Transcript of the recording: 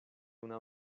una